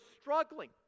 struggling